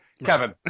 Kevin